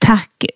Tack